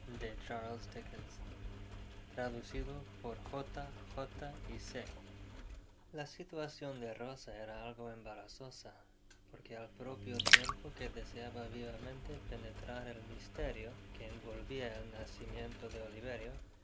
solas a situacion de rosa era algo embarazada porque al propio liempo que deseaba vivamente penetrar el misterio que envolvia el nacimiento de oliverio